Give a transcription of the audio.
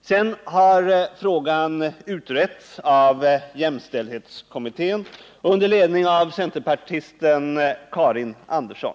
Sedan har frågan utretts av jämställdhetskommittén under ledning av centerpartisten Karin Andersson.